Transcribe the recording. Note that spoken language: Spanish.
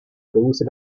produce